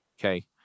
okay